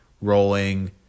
rolling